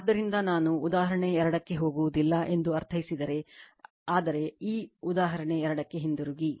ಆದ್ದರಿಂದ ನಾನು ಉದಾಹರಣೆ 2 ಕ್ಕೆ ಹೋಗುವುದಿಲ್ಲ ಎಂದು ಅರ್ಥೈಸಿದರೆ ಆದರೆ ಆ ಉದಾಹರಣೆ 2 ಕ್ಕೆ ಹಿಂತಿರುಗಿ